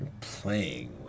playing